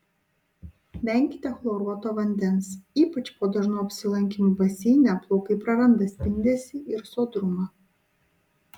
venkite chloruoto vandens ypač po dažnų apsilankymų baseine plaukai praranda spindesį ir sodrumą